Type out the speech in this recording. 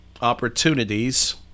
opportunities